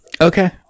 okay